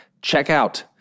checkout